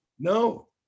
No